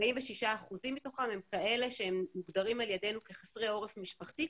ו-46% מתוכם הם כאלה שהם מוגדרים על ידנו כחסרי עורף משפחתי,